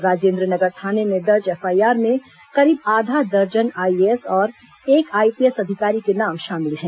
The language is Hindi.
राजेन्द्र नगर थाने में दर्ज एफआईआर में करीब आधा दर्जन आईएएस और एक आईपीएस अधिकारी के नाम शामिल हैं